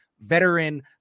veteran